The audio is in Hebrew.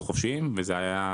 ונתקדם בהתאמה לזה.